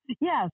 Yes